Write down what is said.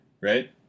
right